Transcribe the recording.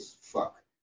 fuck